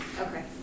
Okay